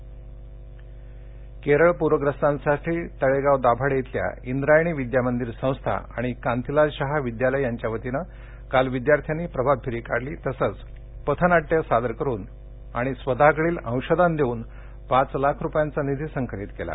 केरळ मदतः केरळ पूर्यस्तांसाठी तळेगाव दाभाडे इथल्या इंद्रायणी विद्या मंदिर संस्था आणि कांतीलाल शहा विद्यालय यांच्या वतीनं काल विद्यार्थ्यांनी प्रभात फेरी काढली तसंच पथनाटयं सादर करून आणि स्वतःकडील अंशदान देऊन पाच लाख रूपयांचा निधी संकलित केला